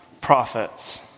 prophets